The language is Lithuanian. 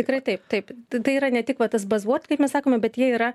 tikrai taip taip tai yra ne tik va tas bazuot kaip mes sakom bet jie yra